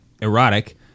erotic